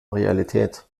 realität